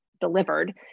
delivered